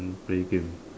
play game